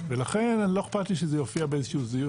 ולכן לא אכפת לי שזה יופיע באיזשהו ---,